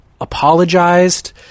apologized